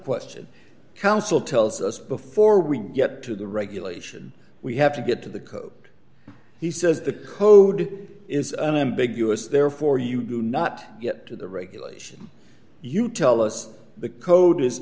question counsel tells us before we get to the regulation we have to get to the code he says the code is an ambiguous therefore you do not yet to the regulation you tell us the code is